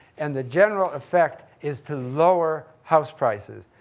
and the general effect is to lower house prices.